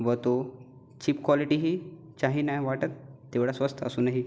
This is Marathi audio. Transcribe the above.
व तो चीप क्वालिटीही चाही नाही वाटत तेवढा स्वस्त असूनही